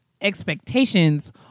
expectations